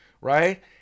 right